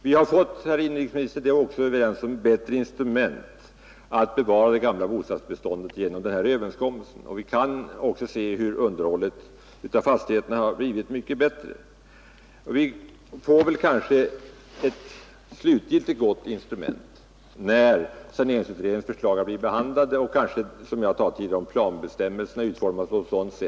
Vi har, det är inrikesministern och jag helt överens om, genom den nämnda överenskommelsen fått ett bättre instrument för att bevara det gamla bostadsbeståndet. Vi kan också se att underhållet av fastigheterna har blivit mycket bättre. Vi får kanske ett slutgiltigt gott instrument när saneringsutredningens förslag blivit behandlade och planbestämmelserna definitivt utformats.